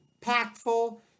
impactful